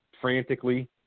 frantically